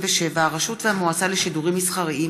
הכשרה מעשית בווטרינריה בימי המנוחה),